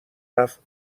رفت